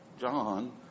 John